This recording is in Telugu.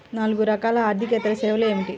నాలుగు రకాల ఆర్థికేతర సేవలు ఏమిటీ?